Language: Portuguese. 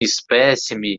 espécime